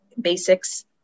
basics